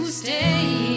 stay